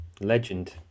Legend